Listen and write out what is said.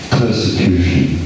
persecution